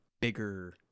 bigger